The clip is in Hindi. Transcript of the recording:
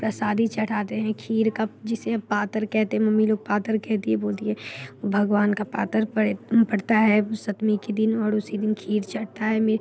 प्रसादी चढ़ाते हैं खीर का जिसे पातर कहते हैं मम्मी लोग पातर कहती हैं बोलती हैं भगवान का पातर पर पड़ता है सप्तमी के दिन और उसी दिन खीर चढ़ता है में